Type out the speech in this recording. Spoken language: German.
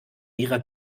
ihrer